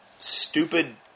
stupid